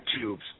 tubes